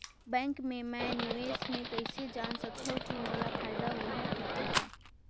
Bank मे मैं निवेश मे कइसे जान सकथव कि मोला फायदा होही कि घाटा?